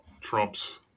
trump's